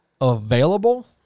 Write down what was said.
available